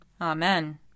Amen